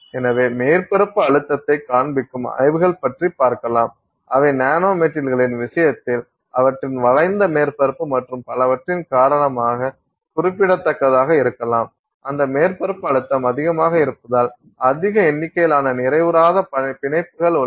எனவே மேற்பரப்பு அழுத்தத்தைக் காண்பிக்கும் ஆய்வுகள் பற்றி பார்க்கலாம் அவை நானோ மெட்டீரியல்களின் விஷயத்தில் அவற்றின் வளைந்த மேற்பரப்பு மற்றும் பலவற்றின் காரணமாக குறிப்பிடத்தக்கதாக இருக்கலாம் அந்த மேற்பரப்பு அழுத்தம் அதிகமாக இருப்பதால் அதிக எண்ணிக்கையிலான நிறைவுறாத பிணைப்புகள் உள்ளன